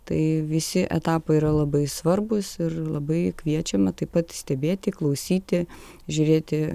tai visi etapai yra labai svarbūs ir labai kviečiame taip pat stebėti klausyti žiūrėti